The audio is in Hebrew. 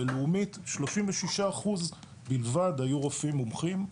בלאומית 36% בלבד היו רופאים מומחים,